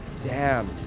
damn.